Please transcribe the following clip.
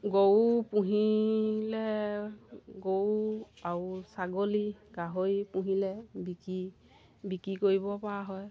গৰু পুহিলে গৰু আৰু ছাগলী গাহৰি পুহিলে বিকি বিকি কৰিবপৰা হয়